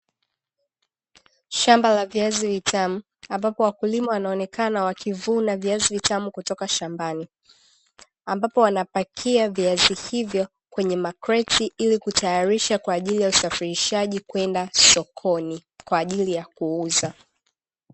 Shamba la viazi vitamu ambapo wakulima wanaonekana wakivuna viazi vitamu kutoka shambani, ambapo wanapakia viazi hivyo kwenye makreti ili kutayarisha kwa ajili ya usafirishaji kwenda sokoni kwa ajili ya kuuza.